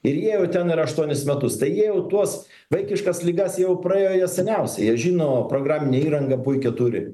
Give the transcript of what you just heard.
ir jie jau ten yra aštuonis metus tai jie jau tuos vaikiškas ligas jau praėjo jas seniausiai jie žino programiną įrangą puikią turi